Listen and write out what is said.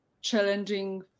challenging